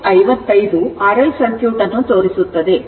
ಆದ್ದರಿಂದ ಈ ಸಂದರ್ಭದಲ್ಲಿ ಆಕೃತಿ 55 RL ಸರ್ಕ್ಯೂಟ್ ಅನ್ನು ತೋರಿಸುತ್ತದೆ